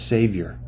Savior